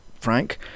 Frank